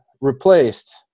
replaced